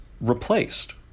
replaced